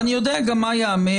אני יודע גם מה ייאמר